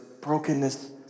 brokenness